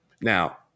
now